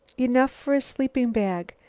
enough for a sleeping-bag!